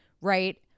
right